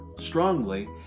strongly